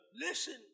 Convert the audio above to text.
Listen